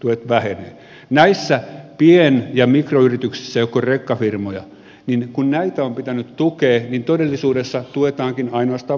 kun näitä pien ja mikroyrityksiä jotka ovat rekkafirmoja on pitänyt tukea niin todellisuudessa tuetaankin ainoastaan isoja firmoja